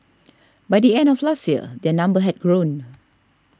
by the end of last year their number had grown